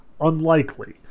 unlikely